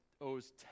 owes